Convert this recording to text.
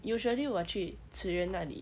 usually 我去 ci-yuan 那里